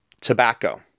tobacco